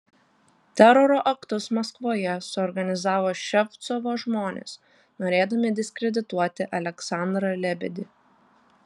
teroro aktus maskvoje suorganizavo ševcovo žmonės norėdami diskredituoti aleksandrą lebedį